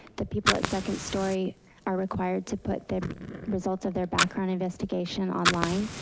the people at second story are required to put the results of their background investigation online,